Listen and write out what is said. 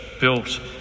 built